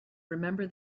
remember